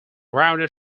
rounded